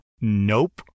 Nope